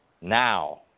now